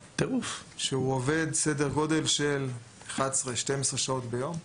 כשהוא עובד בסדר גודל של 11-12 שעות ביום.